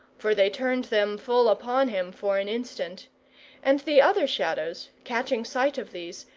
for they turned them full upon him for an instant and the other shadows, catching sight of these,